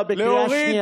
אתה בקריאה שנייה,